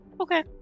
Okay